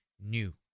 new